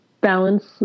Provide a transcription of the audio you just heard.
balance